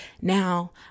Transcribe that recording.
Now